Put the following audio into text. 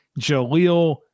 Jaleel